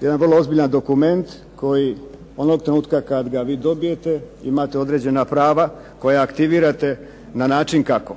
je jedan vrlo ozbiljan dokument, koji onoga trenutka kada ga vi dobijete imate određena prava koja aktivirate na način kako.